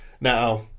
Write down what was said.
Now